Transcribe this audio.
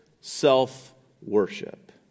self-worship